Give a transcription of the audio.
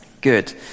Good